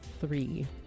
three